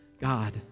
God